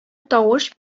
тавыш